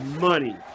money